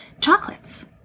chocolates